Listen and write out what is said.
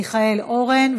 מיכאל אורן.